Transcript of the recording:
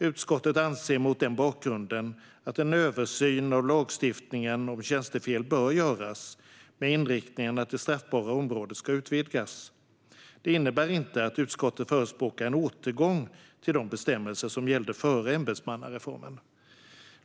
Utskottet anser mot den bakgrunden att en översyn av lagstiftningen om tjänstefel bör göras med inriktningen att det straffbara området ska utvidgas. Det innebär inte att utskottet förespråkar en återgång till de bestämmelser som gällde före ämbetsansvarsreformen.